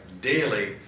daily